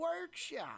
workshop